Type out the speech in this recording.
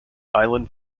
island